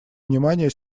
внимания